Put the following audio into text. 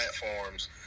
platforms